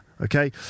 okay